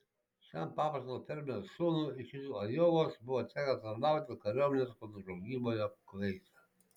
šiam paprasto fermerio sūnui iš rytų ajovos buvo tekę tarnauti kariuomenės kontržvalgyboje kuveite